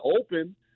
open